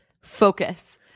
focus